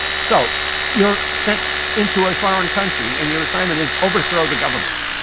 so you're sent into a foreign country. and your assignment is overthrow the government.